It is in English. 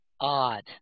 odd